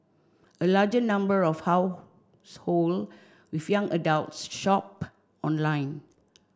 a larger number of household with young adults shop online